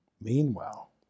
meanwhile